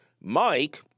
Mike